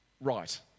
right